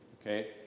Okay